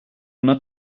una